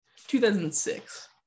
2006